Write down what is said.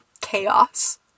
chaos